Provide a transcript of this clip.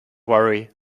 worry